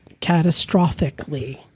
catastrophically